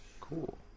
cool